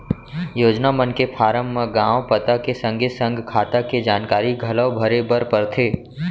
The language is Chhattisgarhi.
योजना मन के फारम म नांव, पता के संगे संग खाता के जानकारी घलौ भरे बर परथे